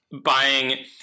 buying